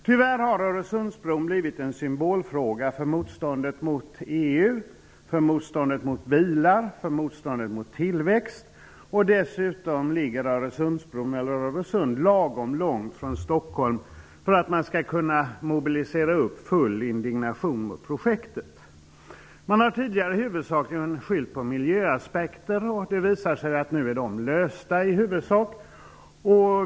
Tyvärr har Öresundsbron blivit en symbolfråga för motståndet mot EU, för motståndet mot bilar, för motståndet mot tillväxt och dessutom ligger Öresund lagom långt från Stockholm för att man skall kunna mobilisera full indignation mot projektet. Man har tidigare huvudsakligen skyllt på miljöaspekter. Det har nu visat sig att dessa till största delen är lösta.